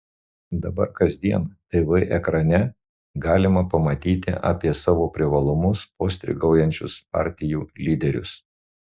dabar kasdien tv ekrane galima pamatyti apie savo privalumus postringaujančius partijų lyderius